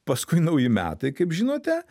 paskui nauji metai kaip žinote